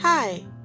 Hi